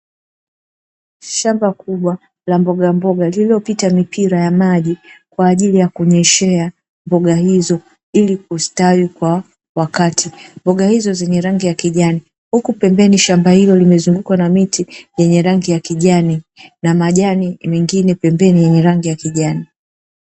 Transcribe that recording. Shamba kubwa la mbogamboga lililopita mipira ya maji kwa ajili ya kunyeshea mboga hizo, ili kustawi kwa wakati. Mboga hizo zenye rangi ya kijani huku pembeni shamba hilo likizungukwa na miti yenye rangi ya kijani na majani mengine pembeni yenye rangi ya kijani.